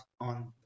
on